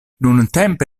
nuntempe